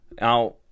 Now